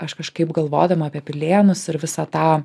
aš kažkaip galvodama apie pilėnus ir visą tą